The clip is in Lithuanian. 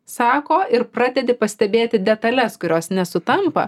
sako ir pradedi pastebėti detales kurios nesutampa